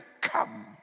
come